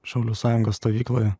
šaulių sąjungos stovykloje